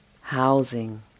housing